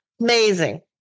Amazing